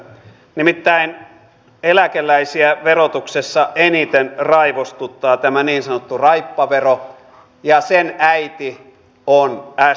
nimittäin eläkeläisiä verotuksessa eniten raivostuttaa tämä niin sanottu raippavero ja sen äiti on sdp